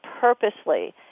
purposely